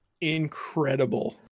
incredible